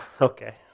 okay